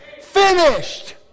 Finished